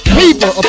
people